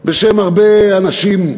בשם הרבה אנשים,